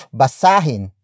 basahin